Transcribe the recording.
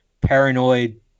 paranoid